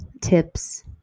tips